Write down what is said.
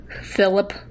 Philip